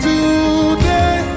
Today